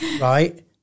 right